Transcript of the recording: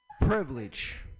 Privilege